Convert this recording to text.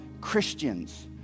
Christians